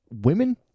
women